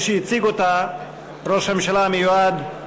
כפי שהציג אותה ראש הממשלה המיועד,